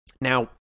Now